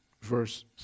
verse